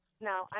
No